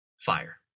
fire